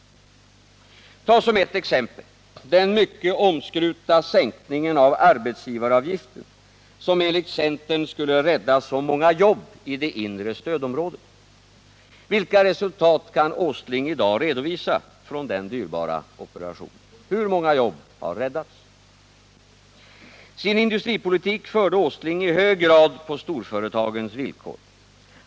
Ta som ett exempel den mycket omskrutna sänkningen av arbetsgivaravgiften, som enligt centern skulle rädda så många jobb i det inre stödområdet. Vilka resultat kan Nils Åsling i dag redovisa från den dyrbara operationen? Hur många jobb har räddats? Sin industripolitik förde Nils Åsling i hög grad på storföretagens villkor.